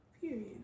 period